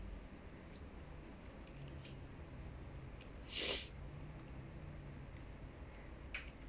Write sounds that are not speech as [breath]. [breath]